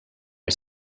are